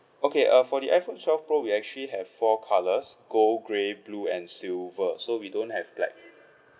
okay uh for the iPhone twelve pro we actually have four colours gold grey blue and silver so we don't have black